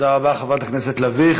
תודה רבה, חברת הכנסת לביא.